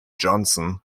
johnson